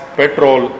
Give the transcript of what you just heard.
petrol